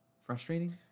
frustrating